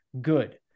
good